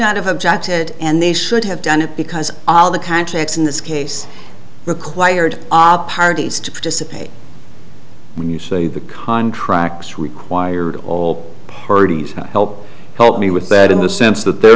jacket and they should have done it because all the contacts in this case required op parties to participate when you say the contracts required all parties help help me with that in the sense that they're